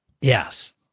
yes